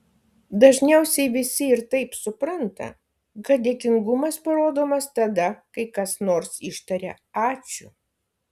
dažniausiai visi ir taip supranta kad dėkingumas parodomas tada kai kas nors ištaria ačiū